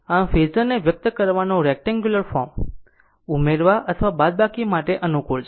આમ ફેઝરને વ્યક્ત કરવાનો રેક્ટેન્ગ્યુલર ફોર્મ ઉમેરવા અથવા બાદબાકી માટે અનુકૂળ છે